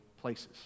places